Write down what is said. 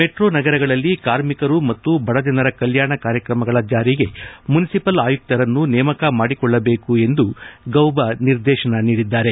metro ನಗರಗಳಲ್ಲಿ ಕಾರ್ಮಿಕರು ಮತ್ತು ಬಡಜನರ ಕಲ್ಕಾಣ ಕಾರ್ಯಕ್ರಮಗಳ ಜಾರಿಗೆ ಮುನಿಶಿಪಲ್ ಆಯುಕ್ತರನ್ನು ನೇಮಕ ಮಾಡಿಕೊಳ್ಳಬೇಕು ಎಂದು ಗೌಬ ನಿರ್ದೇಶನ ನೀಡಿದ್ದಾರೆ